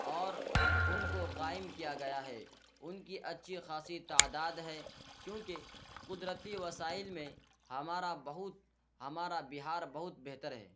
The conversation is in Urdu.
اور ان کو قائم کیا گیا ہے ان کی اچھی خاصی تعداد ہے کیونکہ قدرتی وسائل میں ہمارا بہت ہمارا بہار بہت بہتر ہے